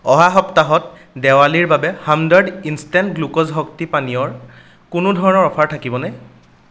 অহা সপ্তাহত দেৱালীৰ বাবে হামদৰ্দ ইনষ্টেণ্ট গ্লুক'জ শক্তি পানীয়ৰ কোনো ধৰণৰ অফাৰ থাকিবনে